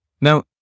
Now